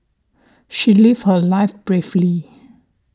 she lived her life bravely